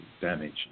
damage